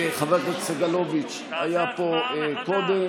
חבר הכנסת סגלוביץ' היה פה קודם.